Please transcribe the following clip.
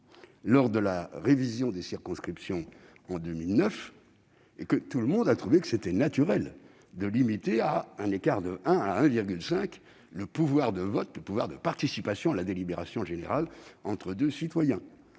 lors de la révision des circonscriptions en 2009. Tout le monde a alors trouvé naturel de limiter à un écart de 1 à 1,5 le pouvoir de vote et le pouvoir de participation à la délibération générale entre deux citoyens.